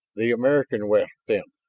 the american west, then.